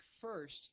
first